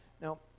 Now